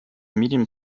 medium